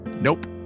Nope